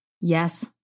Yes